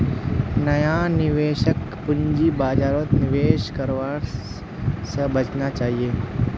नया निवेशकक पूंजी बाजारत निवेश करवा स बचना चाहिए